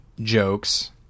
jokes